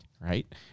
right